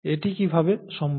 এটি কিভাবে সম্ভব